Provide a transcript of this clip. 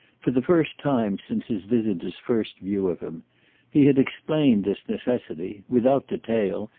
for the first time since his visitor's first view of him he had explained this necessity without detail,